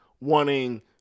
wanting